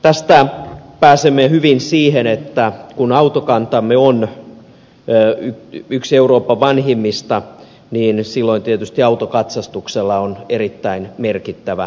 tästä pääsemme hyvin siihen että kun autokantamme on yksi euroopan vanhimmista niin silloin tietysti autokatsastuksella on erittäin merkittävä rooli